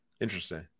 Interesting